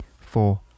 four